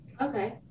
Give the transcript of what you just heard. Okay